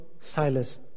Silas